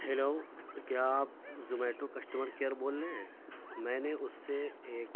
hello کیا آپ Zomato customer care بول رہے ہیں میں نے اس سے ایک